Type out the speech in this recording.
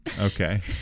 Okay